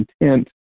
intent